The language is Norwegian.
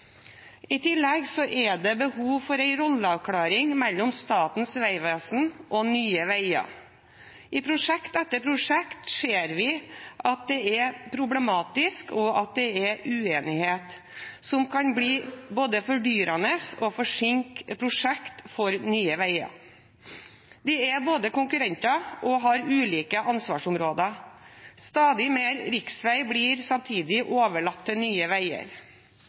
I tillegg er det behov for en rolleavklaring mellom Statens vegvesen og Nye Veier. I prosjekt etter prosjekt ser vi at det er problematisk, og at det er uenighet, noe som kan bli både fordyrende og forsinke prosjekter for Nye Veier. De er både konkurrenter og har ulike ansvarsområder. Stadig mer riksvei blir samtidig overlatt til Nye Veier.